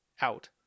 out